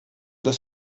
das